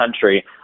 country